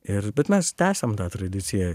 ir bet mes tęsiam tą tradiciją